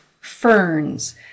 ferns